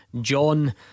John